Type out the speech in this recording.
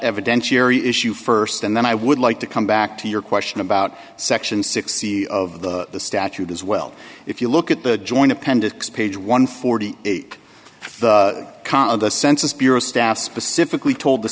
evidentiary issue first and then i would like to come back to your question about section sixty of the statute as well if you look at the joint appendix page one forty eight the cost of the census bureau staff specifically told the